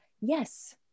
Yes